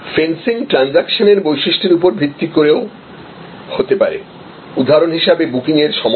fencing transaction এর বৈশিষ্ট্যের উপর ভিত্তি করেও হতে পারে উদাহরণ হিসাবে বুকিংয়ের সময়